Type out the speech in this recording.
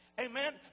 Amen